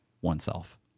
oneself